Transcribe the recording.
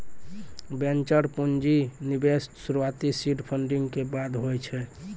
venture पूंजी के निवेश शुरुआती सीड फंडिंग के बादे होय छै